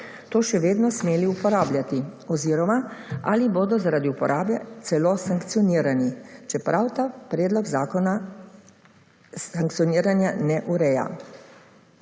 to še vedno smeli uporabljati oziroma ali bodo zaradi uporabe celo sankcionirani, čeprav ta predlog zakona sankcioniranja ne ureja.